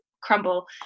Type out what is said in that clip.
crumble